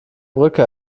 brücke